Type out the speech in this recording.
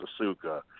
Asuka